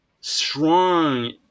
strong